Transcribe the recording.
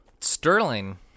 Sterling